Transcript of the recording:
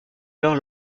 alors